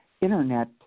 internet